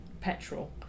petrol